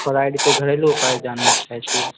thyroid के घरेलू उपाय जानै लाऽ चाहै छी